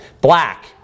black